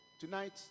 tonight